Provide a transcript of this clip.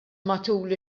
matul